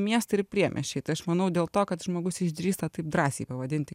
miestai ir priemiesčiai tai aš manau dėl to kad žmogus išdrįsta taip drąsiai pavadinti